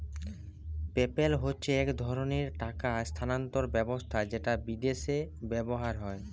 PayPal হচ্ছে এক ধরণের টাকা স্থানান্তর ব্যবস্থা যেটা বিদেশে ব্যবহার হয়